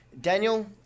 Daniel